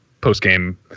post-game